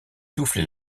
soufflé